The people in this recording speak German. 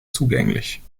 zugänglich